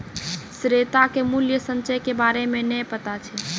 श्वेता के मूल्य संचय के बारे मे नै पता छै